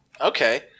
Okay